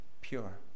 pure